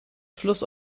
fluss